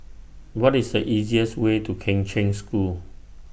What IS The easiest Way to Kheng Cheng School